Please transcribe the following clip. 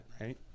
right